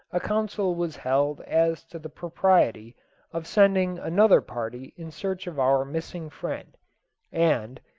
a council was held as to the propriety of sending another party in search of our missing friend and,